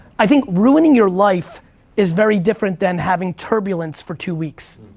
i think ruining your life is very different than having turbulence for two weeks.